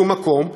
משום מקום,